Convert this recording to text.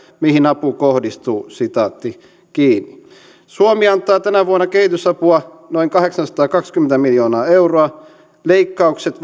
mihin apu kohdistuu suomi antaa tänä vuonna kehitysapua noin kahdeksansataakaksikymmentä miljoonaa euroa leikkaukset